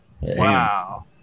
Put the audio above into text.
Wow